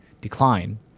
decline